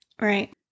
Right